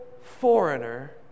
foreigner